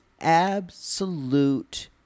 absolute